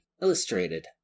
illustrated